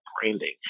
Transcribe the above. branding